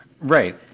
right